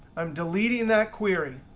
i'm deleting that query.